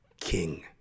King